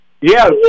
Yes